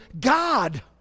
God